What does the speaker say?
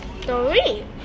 Three